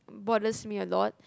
bothers me a lot